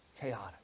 chaotic